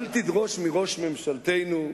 אל תדרוש מראש ממשלתנו,